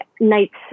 nights